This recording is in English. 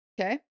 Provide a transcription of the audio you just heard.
Okay